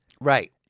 Right